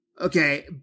Okay